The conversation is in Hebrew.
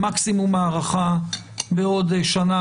מקסימום תהיה הארכה בעוד שנה,